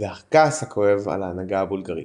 והכעס הגובר על ההנהגה הבולגרית.